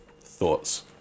thoughts